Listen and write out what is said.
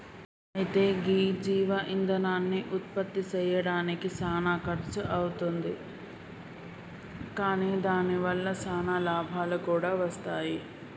అయితే గీ జీవ ఇందనాన్ని ఉత్పప్తి సెయ్యడానికి సానా ఖర్సు అవుతుంది కాని దాని వల్ల సానా లాభాలు కూడా వస్తాయి